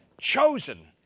chosen